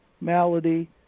malady